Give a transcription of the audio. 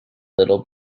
little